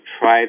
try